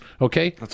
Okay